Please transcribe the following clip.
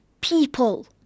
people